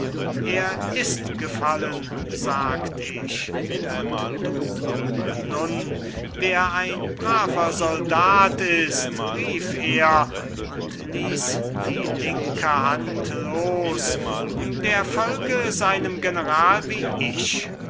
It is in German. er ist gefallen sagt ich und du nun wer ein braver soldat ist rief er und ließ die linke hand los der folge seinem general wie ich